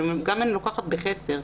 זה גם אם אני לוקחת בחסר.